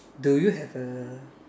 do you have a